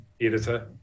editor